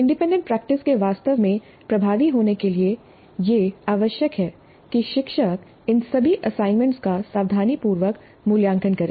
independent practice के वास्तव में प्रभावी होने के लिए यह आवश्यक है कि शिक्षक इन सभी असाइनमेंट का सावधानीपूर्वक मूल्यांकन करे